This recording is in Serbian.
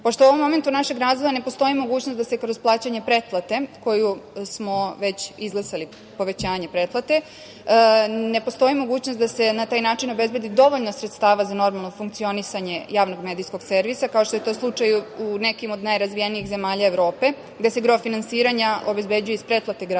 u ovom momentu našeg razvoja ne postoji mogućnost da se kroz plaćanje pretplate, već smo izglasali povećanje pretplate, obezbedi dovoljno sredstava za normalno funkcionisanje javnom medijskog servisa, kao što je to slučaj u nekim od najrazvijenijih zemalja Evrope, gde se gro finansiranja obezbeđuje od pretplate građana,